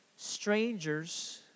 Strangers